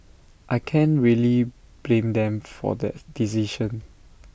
I can't really blame them for that decision